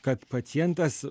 kad pacientas